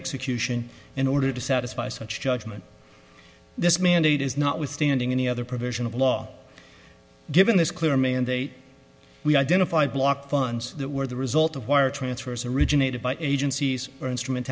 execution in order to satisfy such judgment this mandate is not withstanding any other provision of law given this clear mandate we identify block funds that were the result of wire transfers originated by agencies or instrument